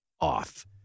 off